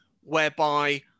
whereby